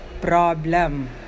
problem